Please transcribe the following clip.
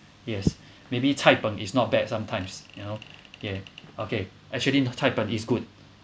yes maybe cai peng is not bad sometimes you know yeah okay actually no cai peng is good